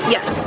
Yes